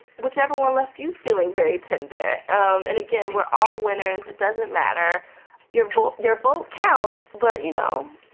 whichever one left you feeling very tender. um and again, we're all winners. it doesn't matter your vote, your vote counts. but, you know,